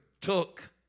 took